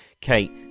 kate